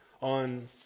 on